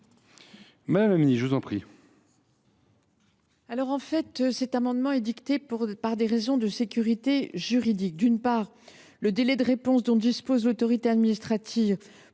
Madame la ministre, je vous remercie